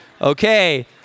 Okay